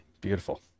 Beautiful